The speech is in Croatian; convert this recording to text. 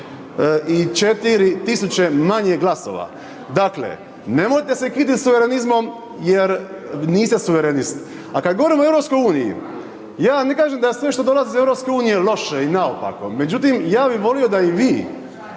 144 000 manje glasova. Dakle, nemojte se kitit suverenizmom jer niste suverenist. A kad govorimo o EU, ja ne kažem da je sve što dolazi iz EU loše i naopako. Međutim, ja bi volio da i vi